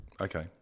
Okay